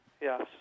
Yes